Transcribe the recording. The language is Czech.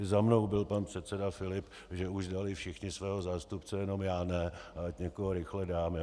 I za mnou byl pan předseda Filip, že už dali všichni svého zástupce, jenom já ne, a ať někoho rychle dám.